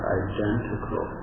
identical